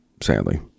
sadly